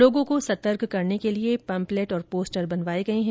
लोगों को सतर्क करने के लिए पंपलेट पोस्टर बनवाए गए हैं